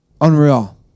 Unreal